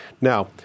Now